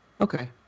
Okay